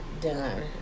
done